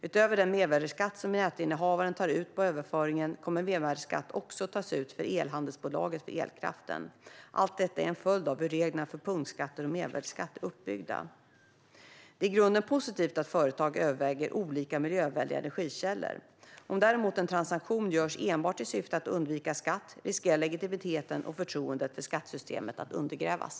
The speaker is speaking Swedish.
Utöver den mervärdesskatt som nätinnehavaren tar ut på överföringen, kommer mervärdesskatt också tas ut av elhandelsbolaget för elkraften. Allt detta är en följd av hur reglerna för punktskatter och mervärdesskatt är uppbyggda. Det är i grunden positivt att företag överväger olika miljövänliga energikällor. Om däremot en transaktion görs enbart i syfte att undvika skatt riskerar legitimiteten och förtroendet för skattesystemet att undergrävas.